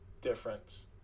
difference